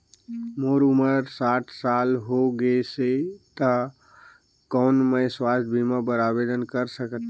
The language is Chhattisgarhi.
मोर उम्र साठ साल हो गे से त कौन मैं स्वास्थ बीमा बर आवेदन कर सकथव?